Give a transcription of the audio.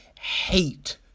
hate